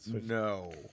no